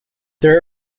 there